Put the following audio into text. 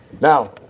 Now